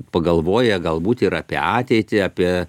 pagalvoja galbūt ir apie ateitį apie